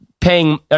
paying